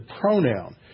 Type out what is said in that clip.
pronoun